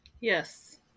Yes